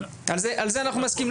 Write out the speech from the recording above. על זה אנחנו מסכימים.